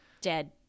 dead